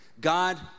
God